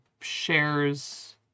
shares